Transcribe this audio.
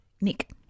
Nick